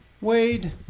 wade